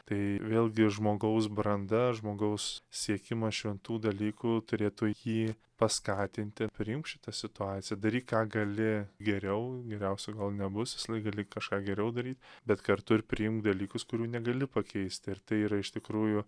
tai vėlgi žmogaus branda žmogaus siekimas šventų dalykų turėtų jį paskatinti priimk šitą situaciją daryk ką gali geriau geriausiu gal nebus visąlaik gali kažką geriau daryt bet kartu ir priimk dalykus kurių negali pakeisti ir tai yra iš tikrųjų